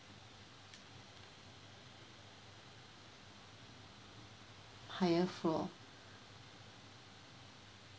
higher floor